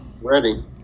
Ready